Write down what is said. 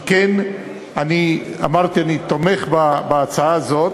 על כן, אמרתי, אני תומך בהצעה הזאת,